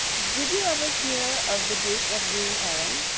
did you ever hear of the duke of green-erin?